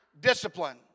discipline